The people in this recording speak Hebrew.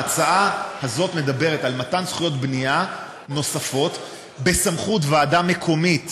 ההצעה הזאת מדברת על מתן זכויות בנייה נוספות בסמכות ועדה מקומית,